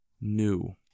new